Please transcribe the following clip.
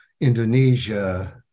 Indonesia